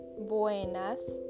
Buenas